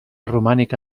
romànica